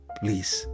please